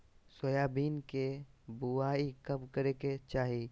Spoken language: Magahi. सोयाबीन के बुआई कब करे के चाहि?